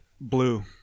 blue